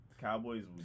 Cowboys